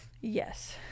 yes